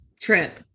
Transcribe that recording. trip